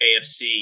AFC